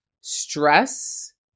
stress